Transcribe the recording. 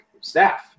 staff